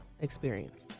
experience